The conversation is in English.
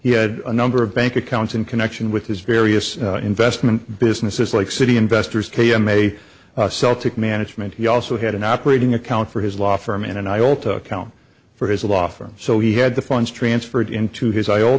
he had a number of bank accounts in connection with his various investment businesses like city investors k m a celtic management he also had an operating account for his law firm in and i all to account for his law firm so he had the funds transferred into his eye all